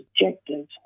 objectives